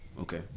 okay